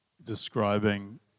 Describing